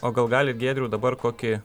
o gal galit giedriau dabar kokį